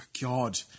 God